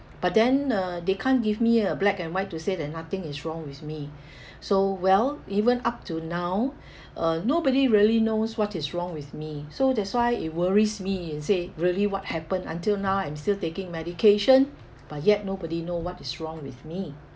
but then uh they can't give me a black and white to say that nothing is wrong with me so well even up to now uh nobody really knows what is wrong with me so that's why it worries me and say really what happen until now I'm still taking medication but yet nobody know what is wrong with me